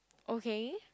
okay